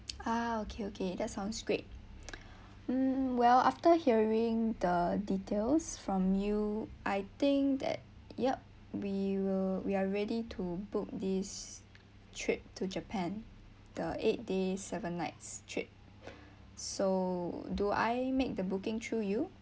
ah okay okay that sounds great mm well after hearing the details from you I think that yup we will we are ready to book this trip to japan the eight days seven nights trip so do I make the booking through you